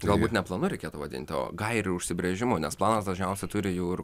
galbūt ne plonu reikėtų vadinti o gairių užsibrėžimu nes planas dažniausiai turi jau ir